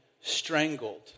strangled